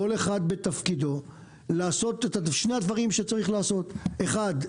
כל אחד בתפקידו לעשות את שני הדברים שצריך לעשות: אחד,